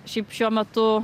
šiaip šiuo metu